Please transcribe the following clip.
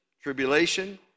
Tribulation